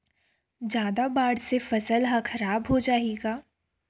जादा बाढ़ से फसल ह खराब हो जाहि का?